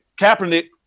Kaepernick